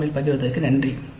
com இல் பகிர்வதற்கு நன்றி